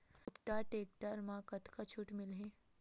कुबटा टेक्टर म कतका छूट मिलही?